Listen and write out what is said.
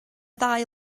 ddau